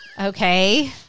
okay